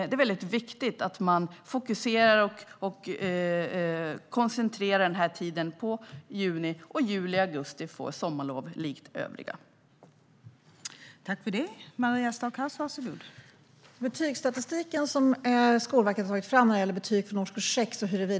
Det är mycket viktigt att man fokuserar och koncentrerar sig till denna tid i juni, så att dessa elever får sommarlov i juli och augusti likt övriga elever.